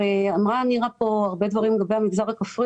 אמרה כאן נירה שפק הרבה דברים לגבי המגזר הכפרי